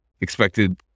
expected